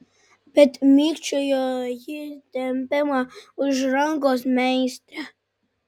bet mikčiojo ji tempiama už rankos meistre